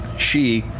she,